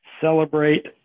celebrate